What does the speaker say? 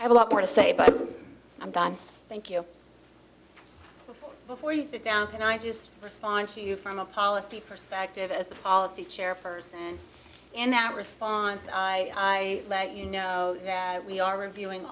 i have a lot more to say but i'm done thank you before you sit down and i just respond to you from a policy perspective as the policy chairperson and that response i let you know that we are reviewing